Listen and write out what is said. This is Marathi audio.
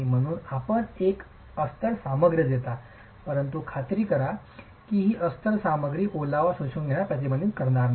म्हणून आपण एक अस्तर सामग्री देता परंतु खात्री करा की ही अस्तर सामग्री ओलावा शोषून घेण्यास प्रतिबंधित करणार नाही